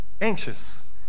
anxious